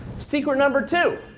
secret number two